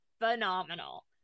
phenomenal